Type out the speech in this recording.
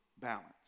balance